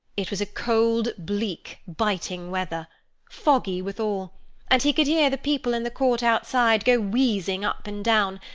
it was cold, bleak, biting weather foggy withal and he could hear the people in the court outside, go wheezing up and down,